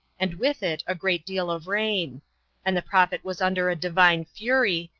and with it a great deal of rain and the prophet was under a divine fury,